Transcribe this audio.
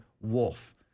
wolf